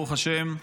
ברוך השם,